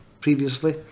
previously